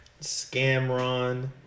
Scamron